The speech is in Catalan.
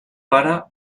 pare